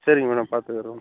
சரிங்க மேடம் பார்த்துக்குறோம்